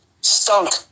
Stunk